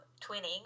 twinning